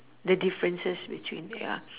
the differences between ya